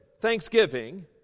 thanksgiving